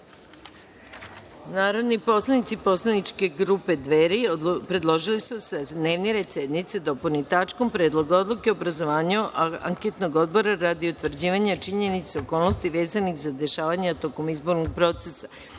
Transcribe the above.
predlog. Narodni poslanici Poslaničke grupe „Dveri“ predložili su da se dnevni red sednice dopuni tačkom – Predlog odluke o obrazovanju Anketnog odbora radi utvrđivanja činjenica i okolnosti vezanih za dešavanja tokom izbornog procesa